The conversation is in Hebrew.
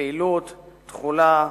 בפעילות, תחולה,